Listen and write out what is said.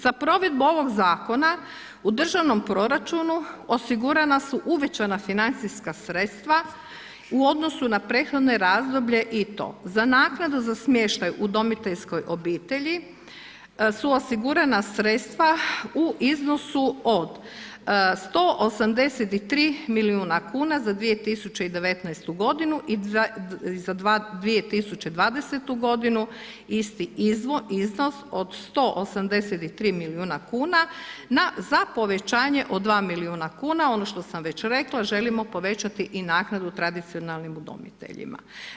Za provedbu ovog Zakona u državnom proračunu osigurana su uvećana financijska sredstva, u odnosu na prethodne razdoblje i to, za naknadu za smještaj udomiteljskoj obitelji su osigurana sredstva u iznosu od 183 milijuna kn za 2019. g. i za 2020. g. isti iznos od 183 milijuna kn, na za povećanje od 2 milijuna kuna, ono što sam već rekla, želimo povećati i naknadu tradicionalnim udomiteljima.